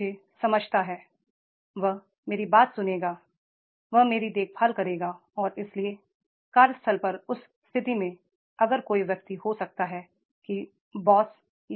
वह मुझे समझता है वह मेरी बात सुनेगा वह मेरी देखभाल करेगा और इसलिए कार्यस्थल पर उस स्थिति में अगर कोई व्यक्ति हो सकता है कि बॉस